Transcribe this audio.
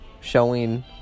Showing